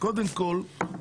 קודם כל,